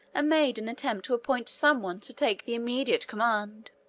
and made an attempt to appoint some one to take the immediate command.